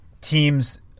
Teams